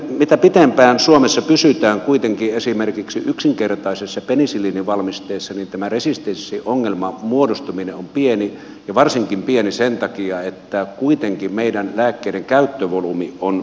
mitä pitempään suomessa pysytään kuitenkin esimerkiksi yksinkertaisissa penisilliinivalmisteissa sitä pienempää tämän resistenssiongelman muodostuminen on ja varsinkin sen takia että kuitenkin meillä lääkkeidenkäyttövolyymi on pientä